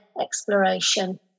exploration